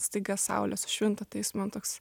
staiga saulė sušvinta tai jis man toks